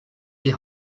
die